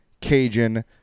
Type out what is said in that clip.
Cajun